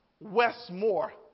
Westmore